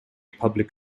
public